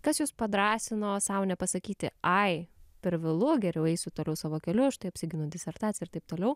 kas jus padrąsino sau nepasakyti ai per vėlu geriau eisiu toliau savo keliu aš toj apsiginu disertaciją ir taip toliau